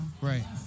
Right